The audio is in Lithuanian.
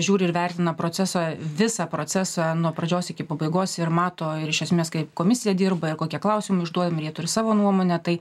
žiūri ir vertina procesą visą procesą nuo pradžios iki pabaigos ir mato ir iš esmės kaip komisija dirba ir kokie klausimai užduodami ir jie turi savo nuomonę tai